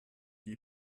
die